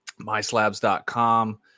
MySlabs.com